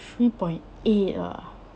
three point eight ah